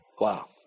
Wow